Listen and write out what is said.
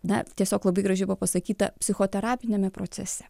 na tiesiog labai gražiai buvo pasakyta psichoterapiniame procese